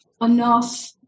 enough